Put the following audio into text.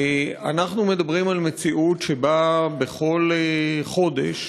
אנחנו מדברים על מציאות שבה בכל חודש,